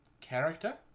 character